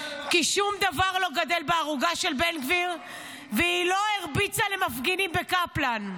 כי שום דבר לא גדל בערוגה של בן גביר והיא לא הרביצה למפגינים בקפלן.